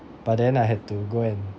but then I had to go and